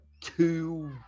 two